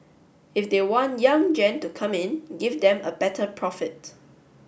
if they want young gen to come in give them a better profit